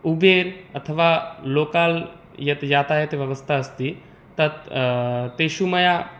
Uber अथवा local यत् यातायातव्यवस्था अस्ति तत् तेषु मया